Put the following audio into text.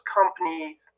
companies